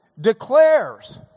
declares